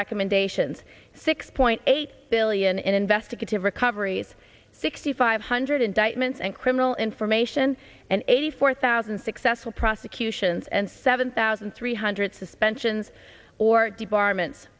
recommendations six point eight billion in investigative recoveries sixty five hundred indictments and criminal information and eighty four thousand successful prosecutions and seven thousand three hundred suspensions or departments